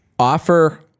Offer